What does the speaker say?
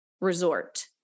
Resort